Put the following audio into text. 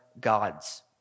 gods